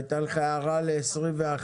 הייתה לך הערה ל-21?